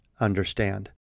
understand